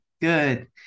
Good